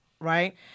Right